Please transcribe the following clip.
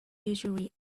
usually